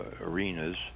arenas